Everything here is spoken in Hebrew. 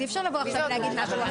אז אי אפשר לבוא עכשיו ולהגיד משהו אחר.